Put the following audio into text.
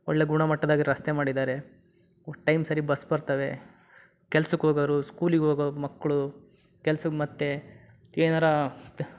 ಒಳ್ಳೆಯ ಗುಣಮಟ್ಟದಾಗೆ ರಸ್ತೆ ಮಾಡಿದ್ದಾರೆ ಟೈಮ್ ಸರಿ ಬಸ್ ಬರ್ತವೆ ಕೆಲ್ಸಕ್ ಹೋಗೋರು ಸ್ಕೂಲಿಗೆ ಹೋಗೋ ಮಕ್ಕಳು ಕೆಲ್ಸದ್ ಮತ್ತು ಏನಾರೂ